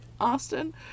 Austin